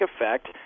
effect